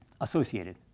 associated